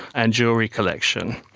and jewellery collection.